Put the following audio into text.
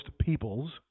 peoples